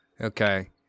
Okay